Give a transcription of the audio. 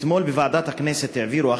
אתמול העבירו בוועדת הכנסת החלטה